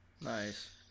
nice